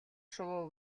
шувуу